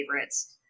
favorites